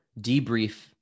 debrief